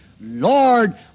Lord